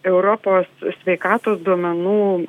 europos sveikatos duomenų